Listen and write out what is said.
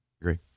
Agree